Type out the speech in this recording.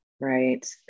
right